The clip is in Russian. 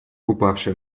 упавшая